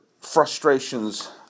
frustrations